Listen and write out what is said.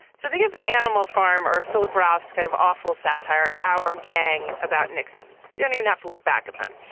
so they of animal farm or philip roth's kind of awful satire. our gang about nixon. you don't even have to look back at them.